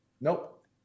nope